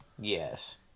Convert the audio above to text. Yes